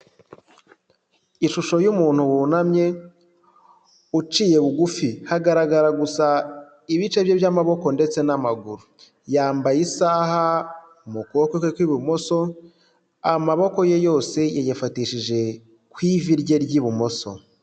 Ishusho y'umuntu wunamye, uciye bugufi. Hagaragara gusa ibice bye by'amaboko ndetse n'amaguru. Yambaye isaha mu kuboko kwe kw'ibumoso, amaboko ye yose yayafatishije ku ivi rye ry'ibumoso.